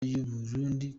y’uburundi